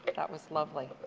that was lovely.